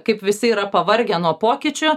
kaip visi yra pavargę nuo pokyčių